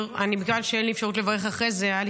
בגלל שאין לי אפשרות לברך אחרי זה היה לי